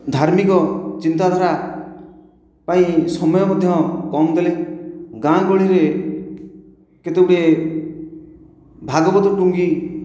ଧାର୍ମିକ ଚିନ୍ତାଧାରା ପାଇଁ ସମୟ ମଧ୍ୟ କମ୍ ଦେଲେ ଗାଁ ଗହଳିରେ କେତେ ଗୁଡ଼ିଏ ଭାଗବତ ଟୁଙ୍ଗି